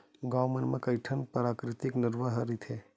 गाँव मन म कइठन पराकिरितिक नरूवा ह रहिथे